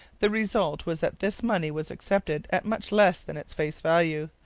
the result was that this money was accepted at much less than its face value,